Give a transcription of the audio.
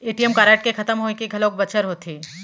ATM card के खतम होए के घलोक बछर होथे